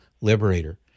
liberator